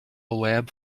lab